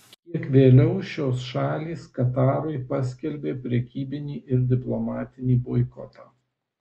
kiek vėliau šios šalys katarui paskelbė prekybinį ir diplomatinį boikotą